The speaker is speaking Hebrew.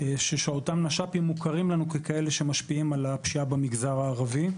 שאותם נש"פים מוכרים לנו ככאלה שמשפיעים על הפשיעה במגזר הערבי.